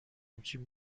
همچین